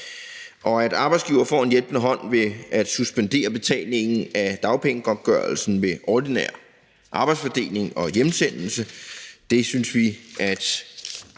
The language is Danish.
Og at arbejdsgivere får en hjælpende hånd, ved at vi suspenderer betalingen af dagpengegodtgørelsen ved ordinær arbejdsfordeling og hjemsendelse, synes vi også